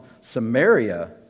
Samaria